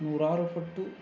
ನೂರಾರು ಪಟ್ಟು